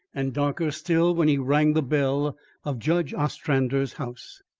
and darker still when he rang the bell of judge ostrander's house.